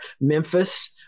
Memphis